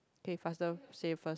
kay faster say first